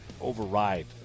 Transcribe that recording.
override